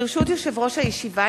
ברשות יושב-ראש הישיבה,